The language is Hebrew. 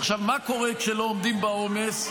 עכשיו מה קורה כשלא עומדים בעומס?